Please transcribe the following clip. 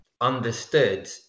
understood